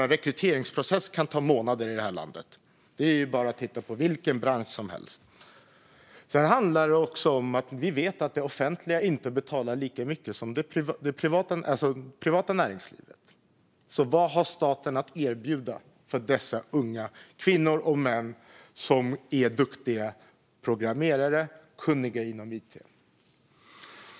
En rekryteringsprocess kan ta månader i det här landet. Det är bara att titta på vilken bransch som helst. Sedan handlar det också om att vi vet att det offentliga inte betalar lika mycket som det privata näringslivet. Vad har staten att erbjuda för dessa unga kvinnor och män som är duktiga programmerare och kunniga inom it?